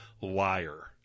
liar